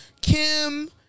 Kim